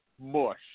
Mush